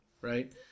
right